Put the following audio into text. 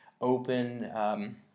open